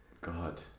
god